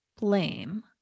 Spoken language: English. blame